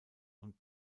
und